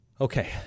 Okay